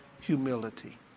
humility